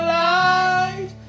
light